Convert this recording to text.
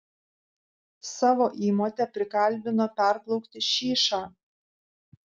savo įmotę prikalbino perplaukti šyšą